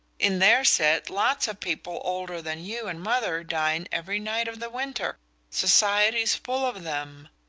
in their set lots of people older than you and mother dine every night of the winter society's full of them.